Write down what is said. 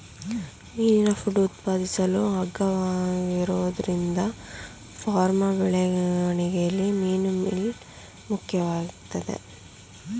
ಮೀನಿನ ಫುಡ್ ಉತ್ಪಾದಿಸಲು ಅಗ್ಗವಾಗಿರೋದ್ರಿಂದ ಫಾರ್ಮ್ ಬೆಳವಣಿಗೆಲಿ ಮೀನುಮೀಲ್ ಮುಖ್ಯವಾಗಯ್ತೆ